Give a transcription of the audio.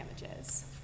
damages